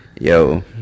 Yo